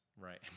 Right